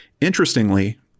Interestingly